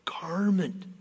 garment